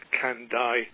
can-die